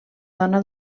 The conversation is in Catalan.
dona